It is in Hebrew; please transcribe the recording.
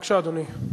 בבקשה, אדוני.